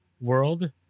world